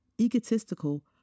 egotistical